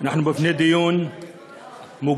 אנחנו לפני דיון מוקדם,